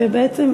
שבעצם,